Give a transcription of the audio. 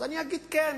אז, אני אגיד כן.